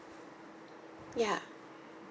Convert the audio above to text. ya